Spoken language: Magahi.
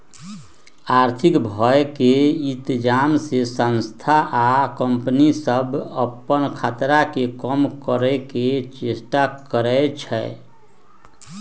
आर्थिक भय के इतजाम से संस्था आ कंपनि सभ अप्पन खतरा के कम करए के चेष्टा करै छै